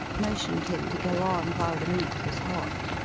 motioned him to go on while the meat was hot.